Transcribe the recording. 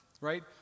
right